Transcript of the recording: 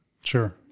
Sure